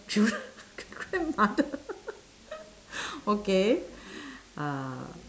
childr~ great grandmother okay uh